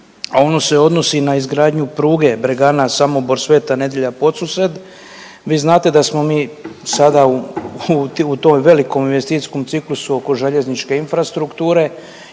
a ono se odnosi na izgradnju pruge Bregana, Samobor, Sveta Nedjelja, Podsused vi znate da smo mi sada u tom velikom investicijskom ciklusu oko željezničke infrastrukture